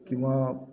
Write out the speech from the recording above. किंवा